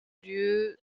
lieu